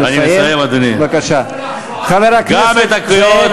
תיאמר מנקודת מבט של מי שדורש את טובת